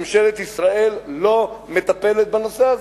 ממשלת ישראל לא מטפלת בנושא הזה.